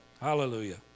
Hallelujah